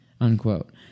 unquote